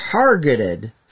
targeted